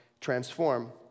transform